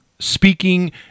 speaking